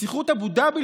נסיכות אבו דאבי,